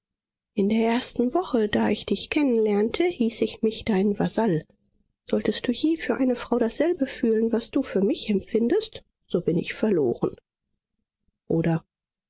in der ersten woche da ich dich kennen lernte hieß ich mich deinen vasall solltest du je für eine frau dasselbe fühlen was du für mich empfindest so bin ich verloren oder